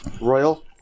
Royal